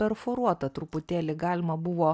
perforuota truputėlį galima buvo